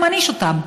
הוא מעניש אותם.